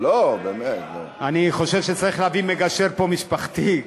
אני חושב שצריך להביא מגשר משפחתי,